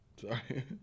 Sorry